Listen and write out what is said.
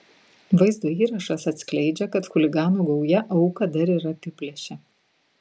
vaizdo įrašas atskleidžia kad chuliganų gauja auką dar ir apiplėšė